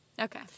Okay